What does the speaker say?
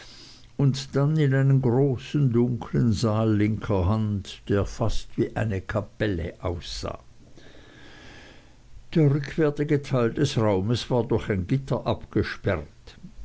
und dann in einen großen dunkeln saal linker hand der fast wie eine kapelle aussah der rückwärtige teil des raumes war durch ein gitter abgesperrt